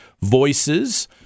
voices